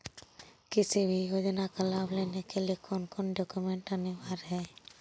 किसी भी योजना का लाभ लेने के लिए कोन कोन डॉक्यूमेंट अनिवार्य है?